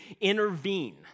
intervene